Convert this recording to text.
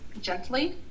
gently